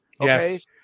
yes